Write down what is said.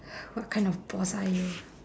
what kind of boss are you